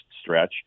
stretch